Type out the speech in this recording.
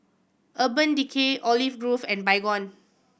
Urban Decay Olive Grove and Baygon